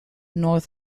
north